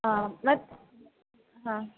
ಹಾಂ ಮತ್ತೆ ಹಾಂ